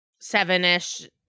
seven-ish